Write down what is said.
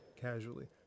Casually